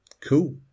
cool